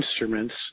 instruments